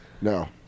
No